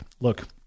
Look